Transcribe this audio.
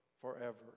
forever